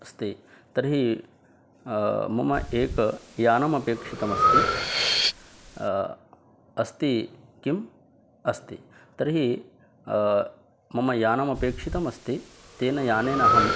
स्ते तर्हि मम एकं यानम् अपेक्षितम् अस्ति अस्ति किम् अस्ति तर्हि मम यानम् अपेक्षितम् अस्ति तेन यानेन अहं